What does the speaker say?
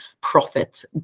profit